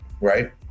right